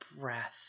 breath